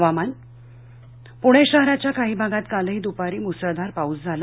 हवामान पुणे शहराच्या काही भागात कालही दुपारी मुसळधार पाऊस झाला